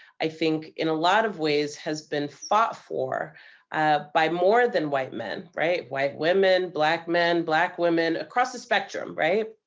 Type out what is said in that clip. i think, in a lot of ways, has been fought for by more than white men, right? white women, black men, black women, across the spectrum, right?